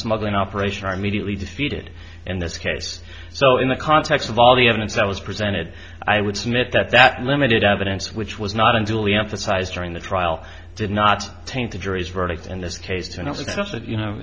smuggling operation are immediately defeated in this case so in the context of all the evidence that was presented i would submit that that limited evidence which was not unduly emphasized during the trial did not paint the jury's verdict in this case you know